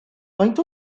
faint